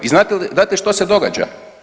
I znate li, znate što se događa?